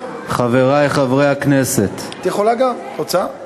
חברי חברי הכנסת, את יכולה גם, רוצה?